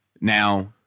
Now